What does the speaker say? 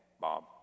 Bob